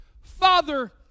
Father